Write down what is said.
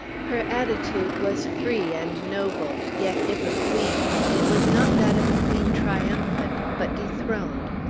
her attitude was free and noble yet, if a queen's, it was not that of a queen triumphant, but dethroned,